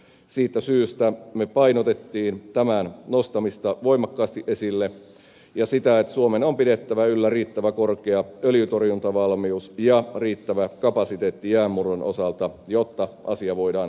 siitä syystä me painotimme tämän nostamista voimakkaasti esille ja sitä että suomen on pidettävä yllä riittävä korkea öljyntorjuntavalmius ja riittävä kapasiteetti jäänmurron osalta jotta asia voidaan hoitaa